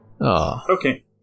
okay